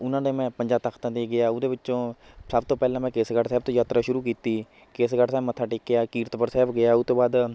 ਉਹਨਾਂ ਦੇ ਮੈਂ ਪੰਜਾਂ ਤਖਤਾਂ 'ਤੇ ਗਿਆ ਉਹਦੇ ਵਿੱਚੋਂ ਸਭ ਤੋਂ ਪਹਿਲਾਂ ਮੈਂ ਕੇਸਗੜ੍ਹ ਸਾਹਿਬ ਤੋਂ ਯਾਤਰਾ ਸ਼ੁਰੂ ਕੀਤੀ ਕੇਸਗੜ੍ਹ ਸਾਹਿਬ ਮੱਥਾ ਟੇਕਿਆ ਕੀਰਤਪੁਰ ਸਾਹਿਬ ਗਿਆ ਉਹ ਤੋਂ ਬਾਅਦ